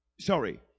sorry